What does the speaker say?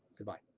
goodbye.